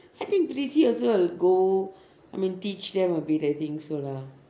I think prissy also will go I mean teach them a bit I think so lah